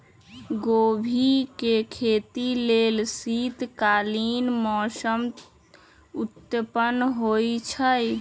गोभी के खेती लेल शीतकालीन मौसम उत्तम होइ छइ